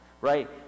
right